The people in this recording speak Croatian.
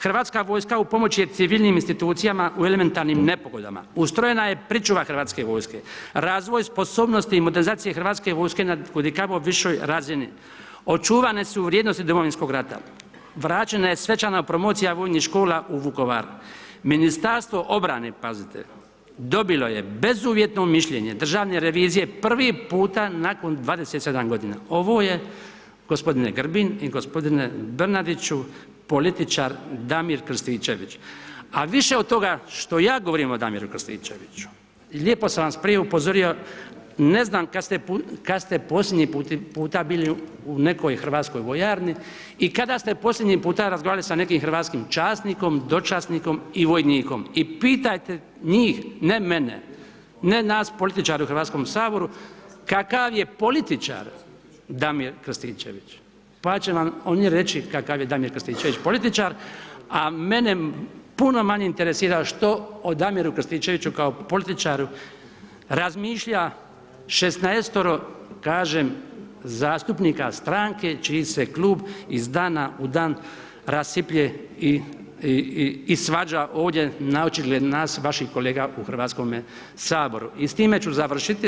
Hrvatska vojska u pomoći je civilnim institucijama u elementarnim nepogodama, ustrojena je pričuva Hrvatske vojske, razvoj sposobnosti i modernizacija Hrvatske vojske nad kud i kamo višoj razini, očuvane su vrijednosti Domovinskog rata, vraćena je svečana promocija vojnih škola u Vukovar, Ministarstvo obrane, pazite, dobilo je bezuvjetno mišljenje Državne revizije, prvi puta nakon 27.g.“ Ovo je g. Grbin i g. Bernardiću, političar Damir Krstičević, a više od toga što ja govorim o Damiru Krstičeviću, lijepo sam vas prije upozorio, ne znam kad ste posljednji puta bili u nekoj Hrvatskoj vojarni i kada ste posljednji puta razgovarali sa nekim hrvatskim časnikom, dočasnikom i vojnikom i pitajte njih, ne mene, ne nas političare u HS, kakav je političar Damir Krstičević, pa će vam oni reći kakav je Damir Krstičević političar, a mene puno manje interesira što o Damiru Krstičeviću kao političaru razmišlja 16-ero, kažem, zastupnika stranke čiji se klub iz dana u dan rasiplje i svađa ovdje naočigled nas vaših kolega u HS i s time ću završiti.